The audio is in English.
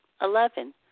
Eleven